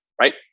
right